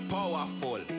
Powerful